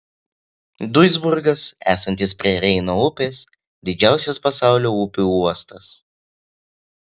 duisburgas esantis prie reino upės didžiausias pasaulio upių uostas